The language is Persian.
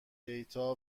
دیتا